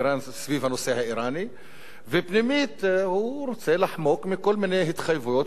ופנימית הוא רוצה לחמוק מכל מיני התחייבויות ומחויבויות לציבור בישראל,